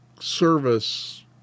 service